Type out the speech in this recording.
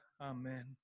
Amen